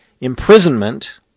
imprisonment